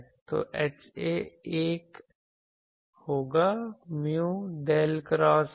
तो HA 1 होगा mu del cross A